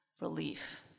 Relief